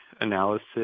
analysis